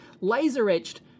laser-etched